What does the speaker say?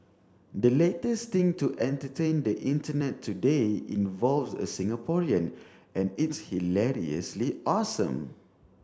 the latest thing to entertain the Internet today involves a Singaporean and it's hilariously awesome